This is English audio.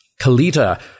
Kalita